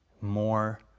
more